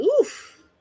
oof